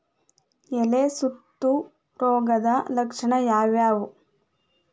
ಎಲೆ ಸುತ್ತು ರೋಗದ ಲಕ್ಷಣ ಯಾವ್ಯಾವ್?